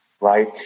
right